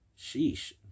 sheesh